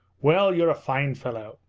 well, you're a fine fellow!